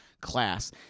class